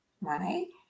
money